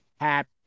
happy